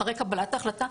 אחרי קבלת ההחלטה,